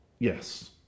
Yes